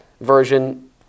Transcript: version